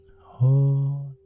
Hold